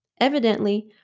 Evidently